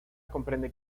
comprende